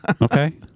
Okay